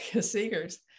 seekers